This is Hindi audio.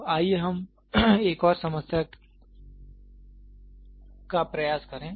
तो आइए हम एक और समस्या का प्रयास करें